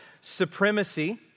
supremacy